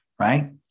right